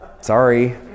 Sorry